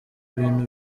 ibintu